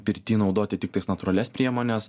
pirty naudoti tiktai natūralias priemones